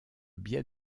biais